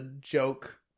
joke